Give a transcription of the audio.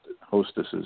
hostesses